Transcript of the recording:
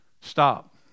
Stop